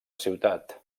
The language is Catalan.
ciutat